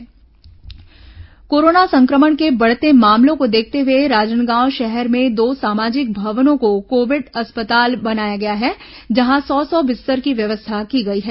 corona खबर corona संक्रमण के बढ़ते मामलों को देखते हुए राजनांदगांव शहर में दो सामाजिक भवनों को कोविड अस्पताल बनाया गया है जहां सौ सौ बिस्तर की व्यवस्था की गई है